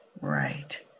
right